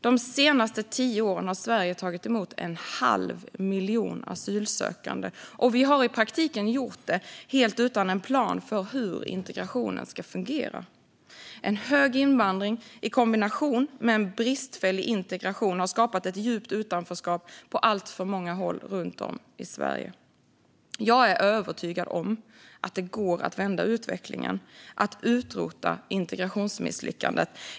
De senaste tio åren har Sverige tagit emot en halv miljon asylsökande. Och vi har i praktiken gjort det helt utan en plan för hur integrationen ska fungera. En hög invandring i kombination med en bristfällig integration har skapat ett djupt utanförskap på alltför många håll runt om i Sverige. Jag är övertygad om att det går att vända utvecklingen och att utrota integrationsmisslyckandet.